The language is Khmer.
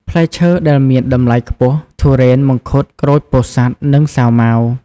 ផ្លែឈើដែលមានតម្លៃខ្ពស់ ធូរ៉េន មង្ឃុត ក្រូចពោធិ៍សាត់ និងសាវម៉ាវ។